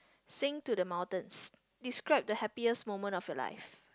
sing to the mountains describe the happiest moment of your life